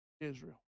Israel